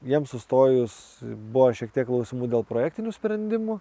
jiems sustojus buvo šiek tiek klausimų dėl projektinių sprendimų